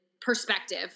perspective